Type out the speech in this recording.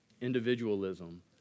Individualism